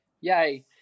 yay